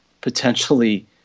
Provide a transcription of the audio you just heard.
potentially